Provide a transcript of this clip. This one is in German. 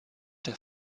der